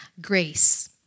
Grace